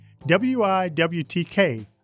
WIWTK